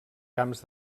camps